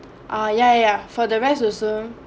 ah yeah yeah for the rest also